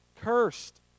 cursed